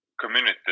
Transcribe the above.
community